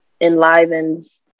enlivens